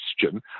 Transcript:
question